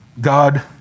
God